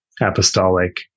apostolic